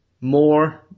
more